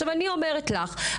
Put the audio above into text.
אני אומרת לך,